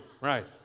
Right